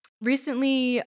Recently